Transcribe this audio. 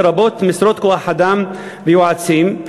לרבות משרות כוח-אדם ויועצים,